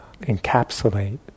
encapsulate